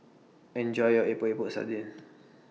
Enjoy your Epok Epok Sardin